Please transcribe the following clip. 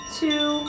two